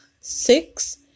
six